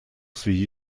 связи